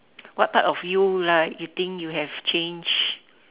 what part of you like you think you have changed